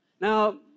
Now